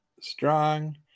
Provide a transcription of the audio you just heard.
strong